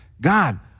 God